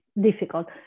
difficult